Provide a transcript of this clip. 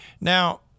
Now